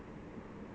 (uh huh)